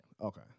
okay